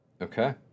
Okay